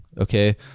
Okay